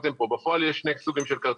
בפועל יש שני סוגים של כרטיסים,